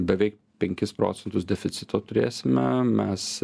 beveik penkis procentus deficito turėsime mes